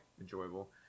enjoyable